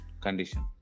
condition